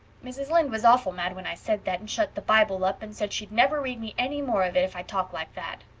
mrs. lynde was awful mad when i said that and shut the bible up and said she'd never read me any more of it if i talked like that.